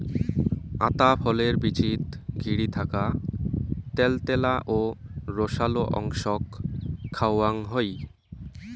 আতা ফলের বীচিক ঘিরি থাকা ত্যালত্যালা ও রসালো অংশক খাওয়াং হই